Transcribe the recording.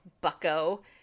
bucko